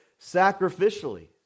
sacrificially